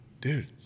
dude